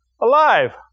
Alive